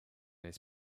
his